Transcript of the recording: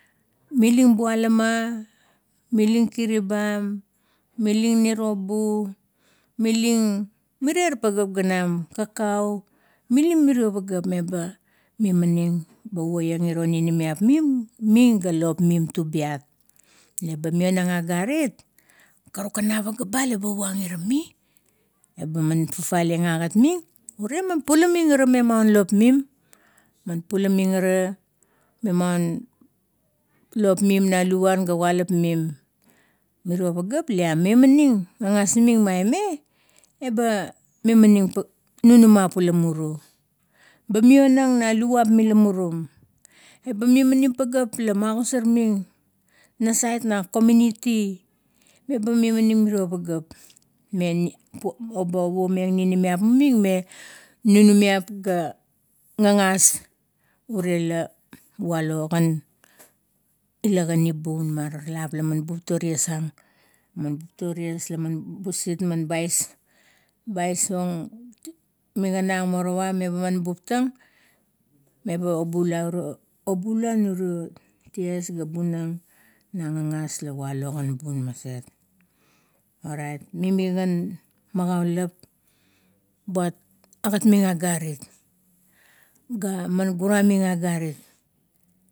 Milin bualama, milin kiribam, milin nirobu, milin mirier pageap ganam, kakau milin mirio pageap meba mimaning, paiang iro ninimiap ming ga lop mim tubiat. Eba mionang agarit, karukan a pageap ba laba puang irami. Eba man fafale ang agat ming, ure man pulaming are me maun lop mimi man pulaming are me maun lop mim na luvuan ga kualap mim. Mirio pageap le a me mimianing, gagas ming maime eba mimaning ninimiap uta muru. Eba meonang na luvap mi la murum, eba mi maning pageap la ma gosarming nasait na komiuniti laba me manim mirio pageap, me eba owameng ninimiap ming, me nunumiap ga gagas ure la walo gan ila gari bun, maralap la man bup to ties, man bukto ties la busit man bais o migana ang morowa, me baman buptang leba o bulai, obulun urio ties ga bunang na gagas la walo gan bun maset orait mimi gan magoulap, buat gagat ming agarit, ga man guraming agarit.